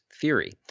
theory